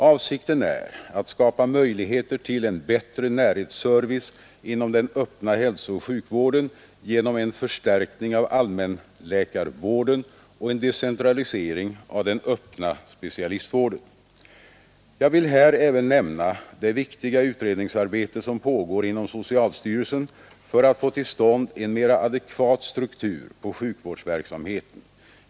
Avsikten är att skapa möjligheter till en bättre närhetsservice inom den öppna hälsooch sjukvården genom en förstärkning av allmänläkarvården och en decentralisering av den öppna specialistvården. Jag vill här även nämna det viktiga utredningsarbete som pågår inom socialstyrelsen för att få till stånd en mera adekvat struktur på sjukvårdsverksamheten.